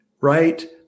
Right